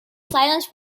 silence